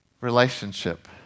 relationship